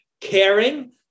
caring